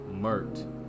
murked